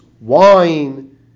wine